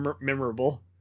memorable